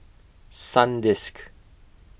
Sandisk